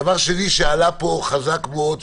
דבר שני שעלה פה חזק מאוד,